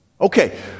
Okay